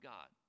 God